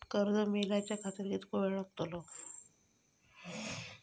कर्ज मेलाच्या खातिर कीतको वेळ लागतलो?